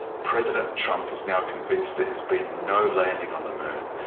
president trump is now convinced there has been no landing on the moon.